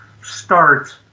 starts